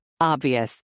Obvious